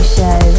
Show